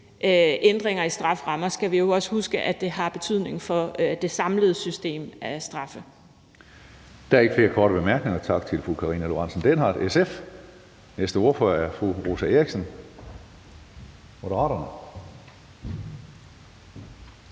ændringer i strafferammer, skal vi jo også huske, at det har betydning for det samlede system af straffe. Kl. 11:53 Tredje næstformand (Karsten Hønge): Der er ikke flere korte bemærkninger. Tak til fru Karina Lorentzen Dehnhardt, SF. Næste ordfører er fru Rosa Eriksen, Moderaterne.